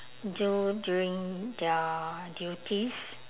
do during their duties